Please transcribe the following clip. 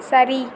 சரி